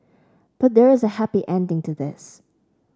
but there is a happy ending to this